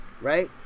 Right